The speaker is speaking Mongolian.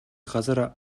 газар